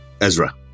Ezra